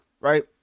right